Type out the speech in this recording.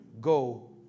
Go